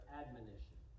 admonition